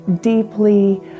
deeply